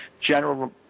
general